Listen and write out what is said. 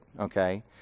okay